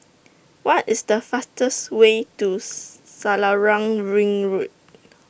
What IS The fastest Way to Selarang Ring Road